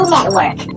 Network